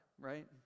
right